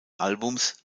albums